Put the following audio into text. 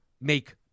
make